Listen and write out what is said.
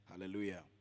hallelujah